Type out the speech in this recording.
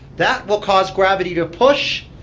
that will cause gravity to push,